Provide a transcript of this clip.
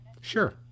sure